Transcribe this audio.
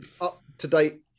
up-to-date